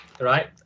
Right